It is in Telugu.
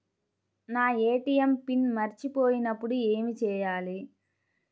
నా ఏ.టీ.ఎం పిన్ మరచిపోయినప్పుడు ఏమి చేయాలి?